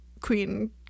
Queen